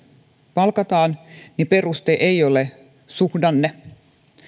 palkataan niin peruste ei ole suhdanne